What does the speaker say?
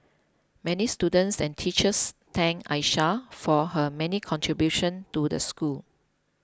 many students and teachers thanked Aisha for her many contribution to the school